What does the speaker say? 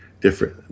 different